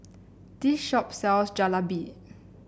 this shop sells Jalebi